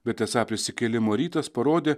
bet esą prisikėlimo rytas parodė